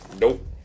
nope